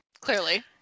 Clearly